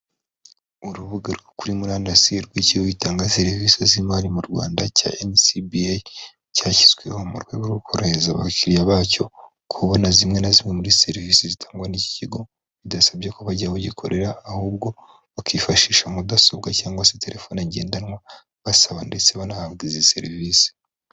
Urubuga rwo kuri murandasi rw'ikigo gitanga serivisi z'imari mu Rwanda cya enisibi eyi. Cyashyizweho mu rwego rwo korohereza abakiriya bacyo, kubona zimwe na zimwe muri serivisi zitangwa n'iki kigo. Bidasabye ko bajya aho gikorera ahubwo bakifashisha mudasobwa cyangwa se telefone ngendanwa basaba ndetse banahabwa izi serivisi.